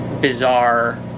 bizarre